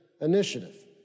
initiative